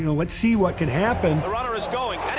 you know let's see what can happen. the runner is going.